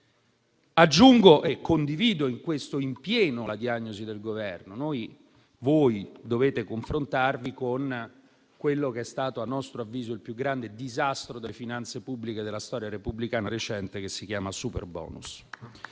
in questo condivido in pieno la diagnosi del Governo - che dovete confrontarvi con quello che, a nostro avviso, è stato il più grande disastro delle finanze pubbliche della storia repubblicana recente, che si chiama superbonus.